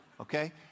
okay